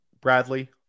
Bradley